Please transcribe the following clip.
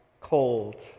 cold